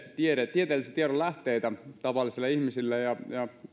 tieteellisen tiedon lähteitä tavallisille ihmisille ja